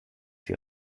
sie